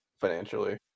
financially